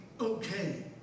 okay